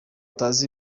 atazi